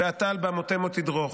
ואתה על במותימו תדרך".